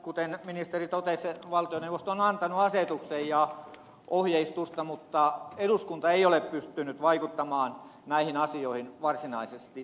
kuten ministeri totesi valtioneuvosto on antanut asetuksen ja ohjeistusta mutta eduskunta ei ole pystynyt vaikuttamaan näihin asioihin varsinaisesti